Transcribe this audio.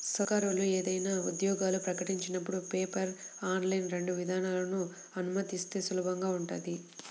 సర్కారోళ్ళు ఏదైనా ఉద్యోగాలు ప్రకటించినపుడు పేపర్, ఆన్లైన్ రెండు విధానాలనూ అనుమతిస్తే సులభంగా ఉంటది